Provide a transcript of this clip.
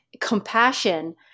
compassion